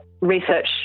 research